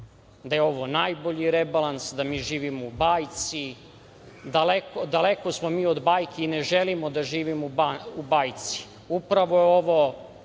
da je ovo najbolji rebalans, da mi živimo u bajci. Daleko smo mi od bajki i ne želimo da živimo u bajci. Upravo je ovo